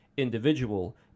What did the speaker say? individual